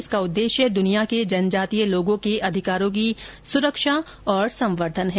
इसका उद्देश्य दुनिया के जनजातीय लोगों के अधिकारों की सुरक्षा और संवर्धन है